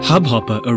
Hubhopper